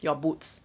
your boots